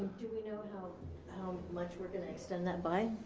do we know how how much we're gonna extend that by?